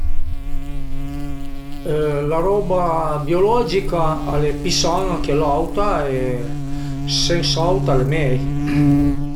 La roba biologica al e pì san-a che l'auta e sens'aut al e mei